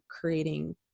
creating